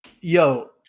yo